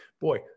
boy